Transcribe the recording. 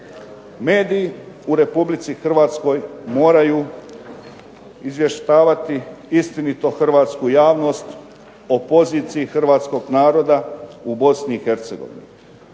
Mediji u Republici Hrvatskoj moraju izvještavati istinito hrvatsku javnost o poziciji Hrvatskog naroda u Bosni